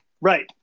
Right